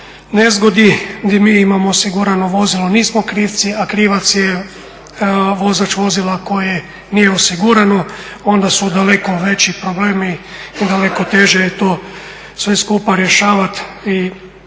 nezgodi gdje mi imamo osigurano vozilo, nismo krivci a krivac je vozač vozila koje nije osigurano onda su daleko veći problemi i daleko teže je to sve skupa rješavati